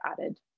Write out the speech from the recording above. added